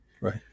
Right